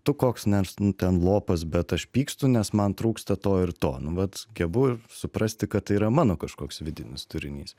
tu koks nors ten lopas bet aš pykstu nes man trūksta to ir to nu vat gebu suprasti kad tai yra mano kažkoks vidinis turinys